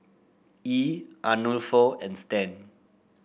Yee Arnulfo and Stan